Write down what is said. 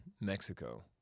Mexico